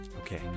Okay